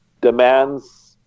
demands